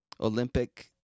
Olympic